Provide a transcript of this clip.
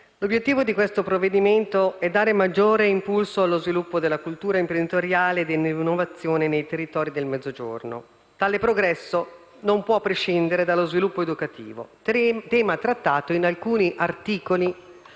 l'obiettivo di questo provvedimento è dare maggiore impulso allo sviluppo della cultura imprenditoriale e dell'innovazione nei territori del Mezzogiorno. Tale progresso non può prescindere dallo sviluppo educativo, tema trattato in alcuni articoli